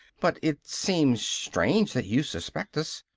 but it seems strange that you suspect us!